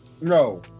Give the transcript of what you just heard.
no